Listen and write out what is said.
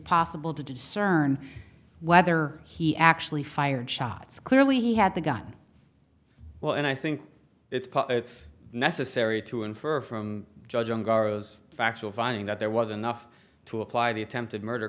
possible to discern whether he actually fired shots clearly he had the gun well and i think it's part it's necessary to infer from judging darroze factual finding that there was enough to apply the attempted murder